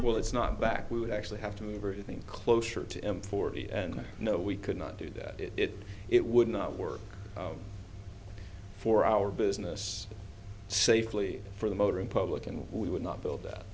well it's not back we would actually have to move or anything closer to him forty and no we could not do that it it would not work for our business safely for the motoring public and we would not build that